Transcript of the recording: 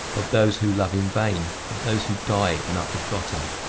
of those who love in vain, of those who die and are forgotten.